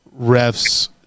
refs